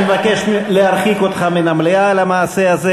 אני מבקש להרחיק אותך מן המליאה על המעשה הזה